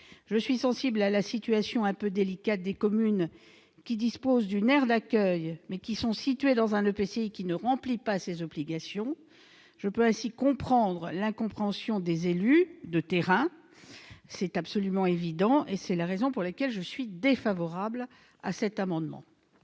je suis sensible à la situation un peu délicate des communes qui disposent d'une aire d'accueil, mais qui sont situées dans un EPCI ne remplissant ses obligations. Je peux entendre l'incompréhension des élus de terrain ; c'est absolument évident. C'est la raison pour laquelle je suis défavorable à cet amendement.